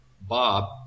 Bob